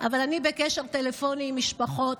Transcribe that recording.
אבל אני בקשר טלפוני עם משפחות,